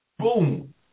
boom